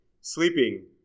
sleeping